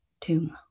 tomb